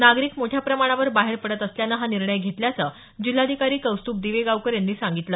नागरिक मोठ्या प्रमाणावर बाहेर पडत असल्यानं हा निर्णय घेतल्याचं जिल्हाधिकारी कौस्तुभ दिवेगावकर यांनी सांगितलं